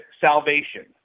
Salvation